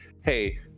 hey